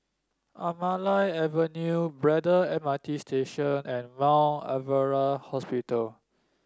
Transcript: Anamalai Avenue Braddell M R T Station and Mount Alvernia Hospital